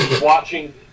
watching